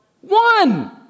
One